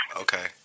Okay